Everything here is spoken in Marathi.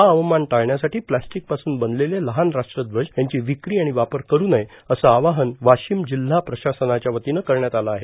हा अवमान टाळण्यासाठी प्लॅस्टिकपासून बनलेले लहान राष्ट्रध्वज यांची विक्री आणि वापर करू नये असे आवाहन वाशीम जिल्हा प्रशासनाच्यावतीनं करण्यात आलं आहे